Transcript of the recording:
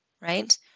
right